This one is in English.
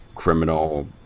Criminal